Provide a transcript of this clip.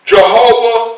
Jehovah